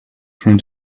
from